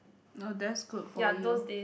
oh that's good for you